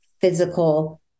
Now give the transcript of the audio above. physical